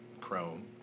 Chrome